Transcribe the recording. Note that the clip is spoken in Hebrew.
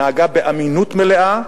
נהגה באמינות מלאה.